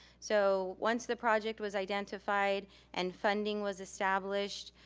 so once the project was identified and funding was established,